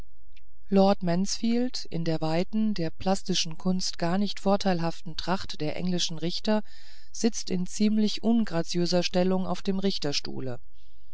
lord mansfield in der weiten der plastischen kunst gar nicht vorteilhaften tracht der englischen richter sitzt in ziemlich ungraziöser stellung auf dem